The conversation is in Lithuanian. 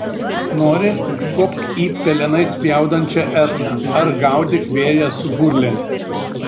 nori kopk į pelenais spjaudančią etną ar gaudyk vėją su burlente